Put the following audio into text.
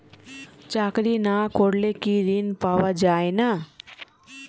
চাকরি না করলে কি ঋণ পাওয়া যায় না?